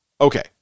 Okay